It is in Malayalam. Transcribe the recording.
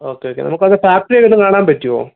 ഓക്കെ ഓക്കെ നമുക്കവിടുത്തെ ഫാക്ടറിയൊക്കെയൊന്ന് കാണാൻ പറ്റുവോ